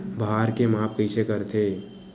भार के माप कइसे करथे?